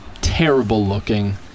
terrible-looking